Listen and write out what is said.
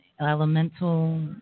elemental